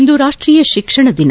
ಇಂದು ರಾಷ್ಷೀಯ ಶಿಕ್ಷಣ ದಿನ